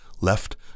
left